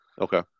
Okay